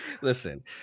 Listen